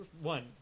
one